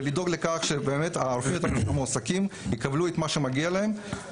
ולדאוג לכך שהרופאים המועסקים יקבלו את מה שמגיע להם,